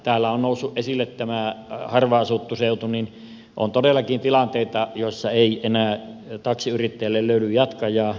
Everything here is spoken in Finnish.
täällä on noussut esille tämä harvaan asuttu seutu ja on todellakin tilanteita joissa ei enää taksiyrittäjälle löydy jatkajaa